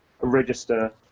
register